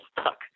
stuck